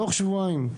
תוך שבועיים.